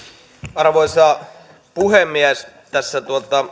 arvoisa puhemies tässä